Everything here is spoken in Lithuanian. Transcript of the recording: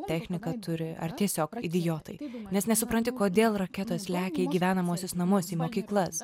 techniką turi ar tiesiog idiotai nes nesupranti kodėl raketos lekia į gyvenamuosius namus į mokyklas